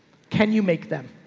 can you make them?